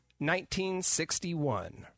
1961